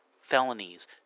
felonies